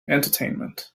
entertainment